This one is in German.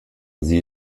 sie